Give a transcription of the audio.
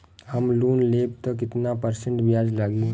हम लोन लेब त कितना परसेंट ब्याज लागी?